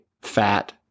fat